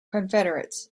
confederates